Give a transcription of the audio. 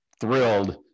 thrilled